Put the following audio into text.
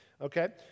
okay